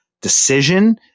decision